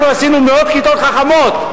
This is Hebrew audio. אנחנו עשינו מאות כיתות חכמות,